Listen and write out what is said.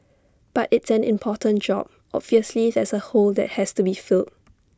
but it's an important job obviously there's A hole that has to be filled